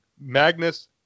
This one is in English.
Magnus